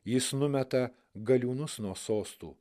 jis numeta galiūnus nuo sostų